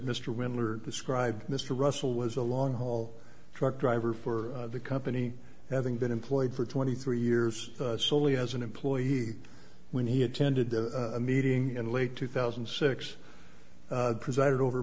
mr winter described mr russell was a long haul truck driver for the company having been employed for twenty three years solely as an employee he when he attended a meeting in late two thousand and six presided over